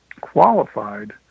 qualified